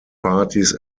parties